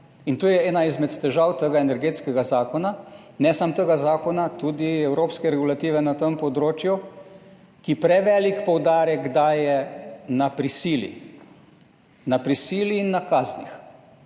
In to je ena izmed težav tega energetskega zakona, ne samo tega zakona, tudi evropske regulative na tem področju, ki prevelik poudarek daje na prisilo, na prisilo in na kazni,